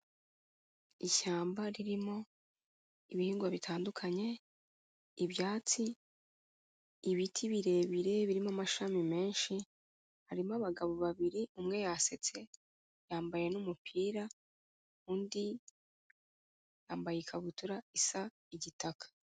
Ishyamba ririmo ibihingwa bitandukanye, ibyatsi, ibiti birebire birimo amashami menshi, harimo abagabo babiri umwe yasetse yambaye n'umupira undi yambaye ikabutura isa igitaka.